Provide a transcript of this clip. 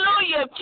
hallelujah